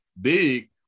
big